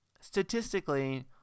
statistically